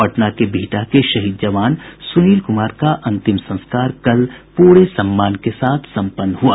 पटना के बिहटा के शहीद जवान सुनील कुमार का अंतिम संस्कार कल प्रे सम्मान के साथ सम्पन्न हुआ